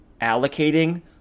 allocating